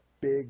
big